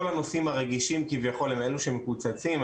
הנושאים הרגישים כביכול הם אלו שמקוצצים,